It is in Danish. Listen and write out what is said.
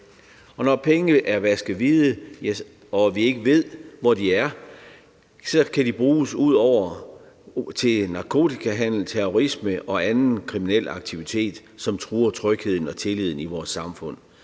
Og når pengene er vasket hvide og vi ikke ved, hvor de er, så kan de bruges til narkotikahandel, terrorisme og anden kriminel aktivitet, som truer trygheden og tilliden i vores samfund.